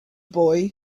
boy